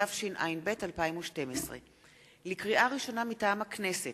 התשע"ב 2012. לקריאה ראשונה, מטעם הכנסת: